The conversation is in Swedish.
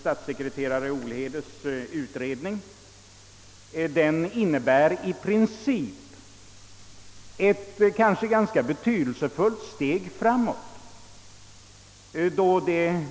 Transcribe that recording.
Statssekreterare Olhedes förslag är i princip ett betydelsefullt steg framåt, eftersom det